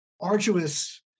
arduous